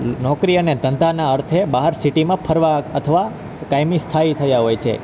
નોકરી અને ધંધાના અર્થે બહાર સિટીમાં ફરવા અથવા કાયમી સ્થાયી થયા હોય છે